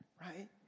right